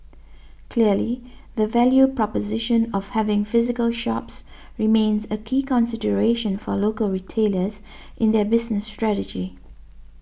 clearly the value proposition of having physical shops remains a key consideration for local retailers in their business strategy